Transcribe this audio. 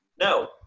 No